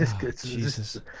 Jesus